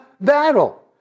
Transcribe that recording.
battle